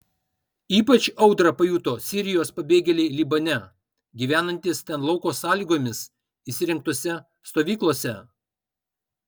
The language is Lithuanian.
ypač audrą pajuto sirijos pabėgėliai libane gyvenantys ten lauko sąlygomis įsirengtose stovyklose